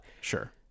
sure